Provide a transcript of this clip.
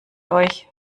euch